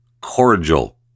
cordial